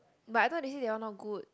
but I thought they say that one not good